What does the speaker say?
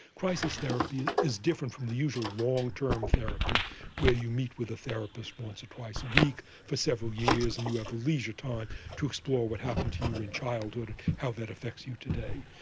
crisis therapy is different from the usual long-term therapy where you meet with a therapist once or twice a week for several years and you have leisure time to explore what happened to you in childhood and how that affects you today.